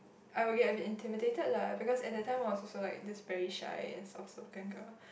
I will get a bit intimidated lah because at the time was also like this very shy and soft spoken girl